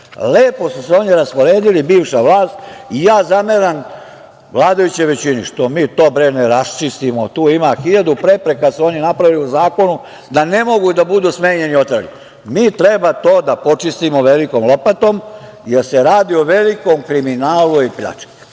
su se oni rasporedili, bivša vlast i ja zameram vladajućoj većini što mi to ne raščistimo, tu ima hiljadu prepreka, su oni napravili u zakonu, da ne mogu da budu smenjeni i oterani. Mi treba da počistimo to velikom lopatom, jer se radi o velikom kriminalu i pljački. Već